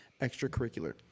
extracurricular